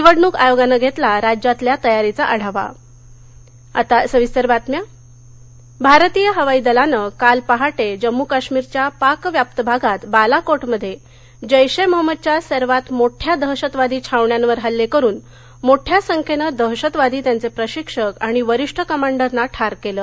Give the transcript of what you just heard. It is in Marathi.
निवडणुक आयोगानं घेतला राज्यातल्या तयारीचा आढावा लक्ष्यभेदी कारवाई भारतीय हवाई दलानं काल पहाटे जम्मू काश्मीरच्या पाक व्याप्त भागात बालाकोटमध्ये जैशे मोहम्मदच्या सर्वात मोठ्या दहशतवादी छावण्यांवर हल्ले करून मोठ्या संख्येनं दहशतवादी त्यांचे प्रशिक्षक आणि वरिष्ठ कमांडरना ठार केलं